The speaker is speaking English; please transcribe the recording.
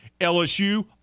LSU